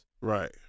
Right